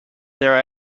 there